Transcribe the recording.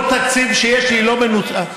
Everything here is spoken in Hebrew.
כל תקציב שיש לי לא מנוצל,